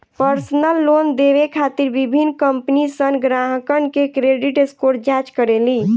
personal loan देवे खातिर विभिन्न कंपनीसन ग्राहकन के क्रेडिट स्कोर जांच करेली